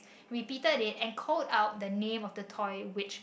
repeated it and called out the name of the toy which